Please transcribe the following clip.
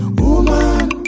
woman